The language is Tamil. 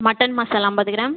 மட்டன் மசாலா ஐம்பது கிராம்